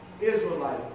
Israelite